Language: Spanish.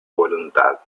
voluntad